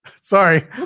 Sorry